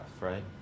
right